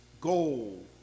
goal